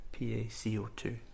PaCO2